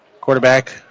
Quarterback